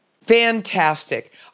Fantastic